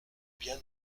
bien